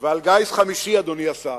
ועל גיס חמישי, אדוני השר,